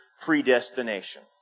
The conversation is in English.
predestination